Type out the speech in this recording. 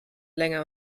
länger